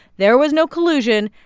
there was no collusion,